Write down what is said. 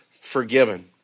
forgiven